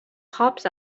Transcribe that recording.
cops